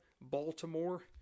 Baltimore